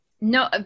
No